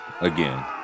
again